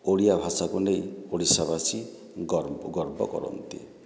ଓଡ଼ିଆଭାଷାକୁ ନେଇ ଓଡ଼ିଶାବାସୀ ଗର୍ବ ଗର୍ବ କରନ୍ତି